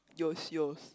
yours yours